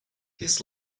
his